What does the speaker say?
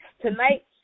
Tonight